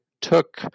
took